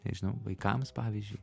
nežinau vaikams pavyzdžiui